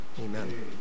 Amen